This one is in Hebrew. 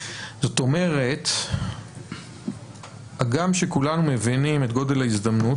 זאת אומרת הגם שכולנו מבינים את גודל ההזדמנות,